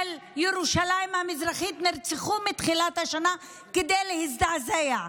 ירושלים המזרחית נרצחו מתחילת השנה כדי להזדעזע,